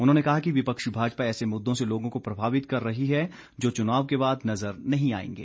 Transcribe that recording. उन्होंने कहा कि विपक्षी भाजपा ऐसे मुददों से लोगों को प्रभावित कर रही है जो चुनाव के बाद नजर नहीं आएंगे